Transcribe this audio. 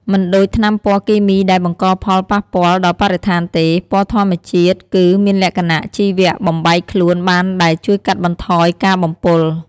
មិនដូចថ្នាំពណ៌គីមីដែលបង្កផលប៉ះពាល់ដល់បរិស្ថានទេ ពណ៌ធម្មជាតិគឺមានលក្ខណៈជីវៈបំបែកខ្លួនបានដែលជួយកាត់បន្ថយការបំពុល។